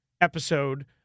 episode